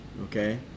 okay